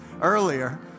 earlier